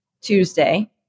Tuesday